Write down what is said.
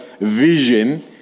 vision